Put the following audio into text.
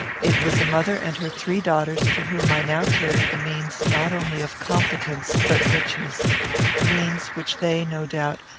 it was a mother and her three daughters to whom i now carried the means not only of competence but riches means which they, no doubt,